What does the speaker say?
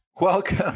Welcome